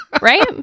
Right